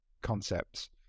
concepts